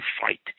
fight